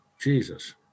Jesus